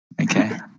Okay